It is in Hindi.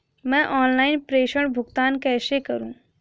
मैं ऑनलाइन प्रेषण भुगतान कैसे करूँ?